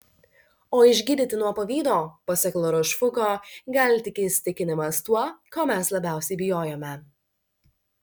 o išgydyti nuo pavydo pasak larošfuko gali tik įsitikinimas tuo ko mes labiausiai bijojome